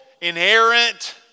inherent